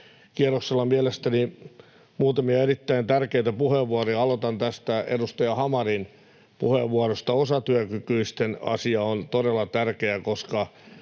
kierroksella mielestäni muutamia erittäin tärkeitä puheenvuoroja, ja aloitan edustaja Hamarin puheenvuorosta: Osatyökykyisten asia on todella tärkeä, koska